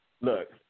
Look